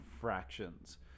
fractions